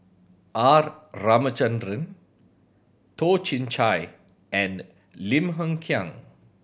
R Ramachandran Toh Chin Chye and Lim Hng Kiang